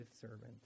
servant